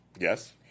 yes